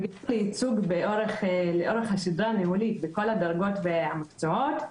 ולייצוג לאורך השדרה הניהולית בכל הדרגות והמקצועות,